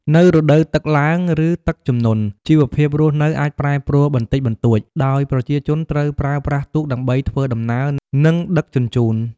នៅរដូវទឹកឡើង ឬទឹកជំនន់ ជីវភាពរស់នៅអាចប្រែប្រួលបន្តិចបន្តួច ដោយប្រជាជនត្រូវ ប្រើប្រាស់ទូក ដើម្បីធ្វើដំណើរ និងដឹកជញ្ជូន ។